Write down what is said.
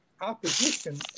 opposition